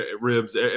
ribs